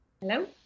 hello